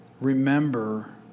remember